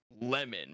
lemon